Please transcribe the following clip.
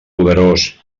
poderós